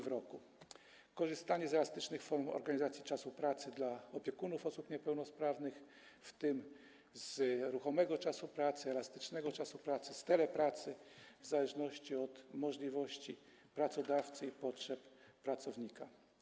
Chodzi także o korzystanie z elastycznych form organizacji czasu pracy dla opiekunów osób niepełnosprawnych, w tym z ruchomego czasu pracy, elastycznego czasu pracy, z telepracy, w zależności od możliwości pracodawcy i potrzeb pracownika.